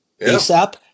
ASAP